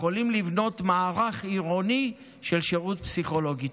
אנחנו כממשלה יכולים לבנות מערך עירוני של שירות פסיכולוגי.